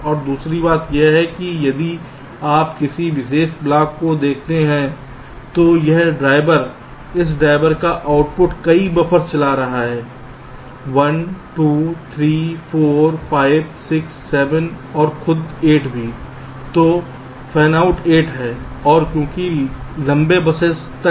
और दूसरी बात यह है कि यदि आप किसी विशेष ब्लॉक को देखते हैं तो इस ड्राइवर इस ड्राइवर का आउटपुट कई बफ़र्स चला रहा है 1 2 3 4 5 6 7 और खुद भी 8 तो फैन आउट 8 है और क्योंकि लंबे बसेस तक